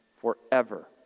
forever